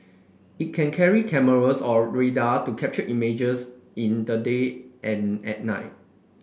it can carry cameras or radar to capture images in the day and at night